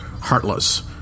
heartless